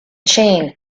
chain